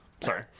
Sorry